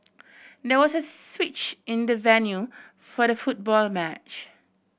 there was a switch in the venue for the football match